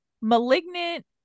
Malignant